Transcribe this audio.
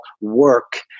work